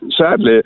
sadly